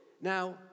Now